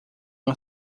uma